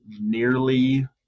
nearly